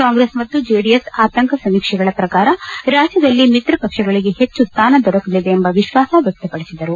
ಕಾಂಗ್ರೆಸ್ ಮತ್ತು ಜೆಡಿಎಸ್ ಆಂತರಿಕ ಸಮೀಕ್ಷೆಗಳ ಪ್ರಕಾರ ರಾಜ್ಯದಲ್ಲಿ ಮಿತ್ರ ಪಕ್ಷಗಳಿಗೆ ಹೆಚ್ಚು ಸ್ವಾನ ದೊರಕಲಿದೆ ಎಂಬ ವಿಶ್ವಾಸ ವ್ಯಕ್ತಪಡಿಸಿದರು